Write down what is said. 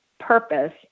purpose